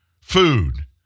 food